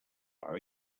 our